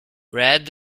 red